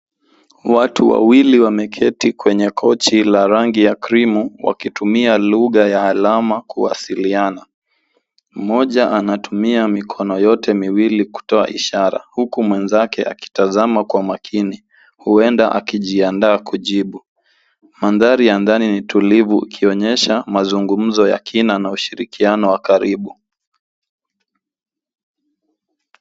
Watu wawili wameketi kwenye kochi la rangi ya krimu, wakitumia lugha ya alama kuwasiliana. Mmoja anatumia mikono yote miwili kutoa ishara, huku mwenzake akitazama kwa makini huenda alijiandaa kujibu. Mandhari ya ndani ni tulivu ikionyesha mazungumzo ya kina na ushirikiano wa karibu.